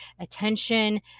attention